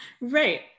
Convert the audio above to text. Right